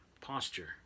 posture